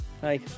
hi